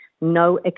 no